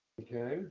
okay